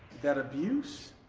that abuse,